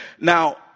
now